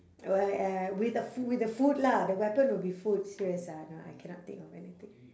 wea~ uh with a foo~ with a food lah the weapon will be food serious ah no I cannot think of anything